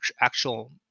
actual